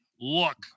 look